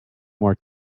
more